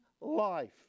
life